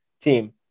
team